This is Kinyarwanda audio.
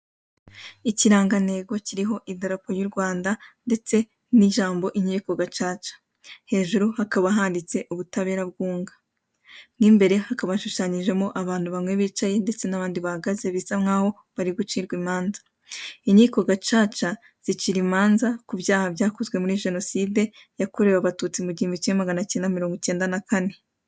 Ikirangatego kiriho idarapo ry'u Rwanda ndetse n'ijambo inkiko gacaca. Hejuru hakaba handitse ubutabera bwunga. Mu imbere hakaba hashushanyijemo abantu bamwe bicaye ndetse n'abandi bahagaze bisa nkaho bari gucirwa imanza. Inkiko gacaca zicira imanza ku byaha byakozwe muri jenoside yakorewe abatutsi mu gihumbi kimwe magana cyenda mirongo icyenda na kane.